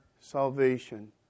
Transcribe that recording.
salvation